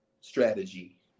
strategy